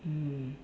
mm